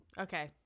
Okay